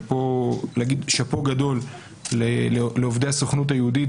ופה להגיד שאפו גדול לעובדי הסוכנות היהודית,